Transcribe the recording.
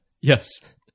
Yes